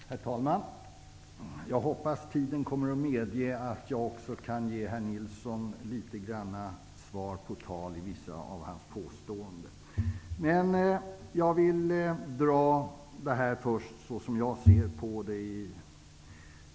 Herr talman! Jag hoppas att tiden kommer att medge att jag också ger herr Nilsson litet svar på tal när det gäller vissa av hans påståenden. Men jag vill först ge min syn på detta.